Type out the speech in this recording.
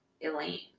Elaine